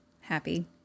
Happy